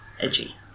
Edgy